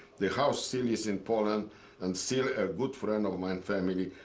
the house still is in poland and still a good friend of mine, family,